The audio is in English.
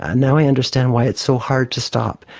ah now i understand why it's so hard to stop.